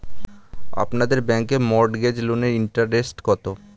আপনাদের ব্যাংকে মর্টগেজ লোনের ইন্টারেস্ট কত?